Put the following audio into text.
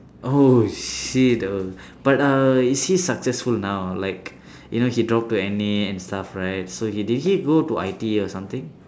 oh shit but uh is he successful now like you know he drop to N_A and stuff right so he did he go to I_T_E or something